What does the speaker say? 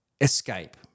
escape